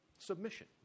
Submission